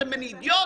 עשיתם ממני אידיוט?